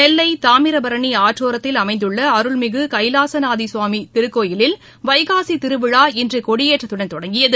நெல்லை தாமிரபரணி ஆற்றோரத்தில் அமைந்துள்ள அருள்மிகு கைவாசநாத சுவாமி திருக்கோயிலில் வைகாசி திருவிழா இன்று கொடியேற்றத்துடன் தொடங்கியது